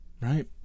Right